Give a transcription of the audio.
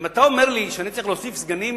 אם אתה אומר לי שאני צריך להוסיף סגנים